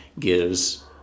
gives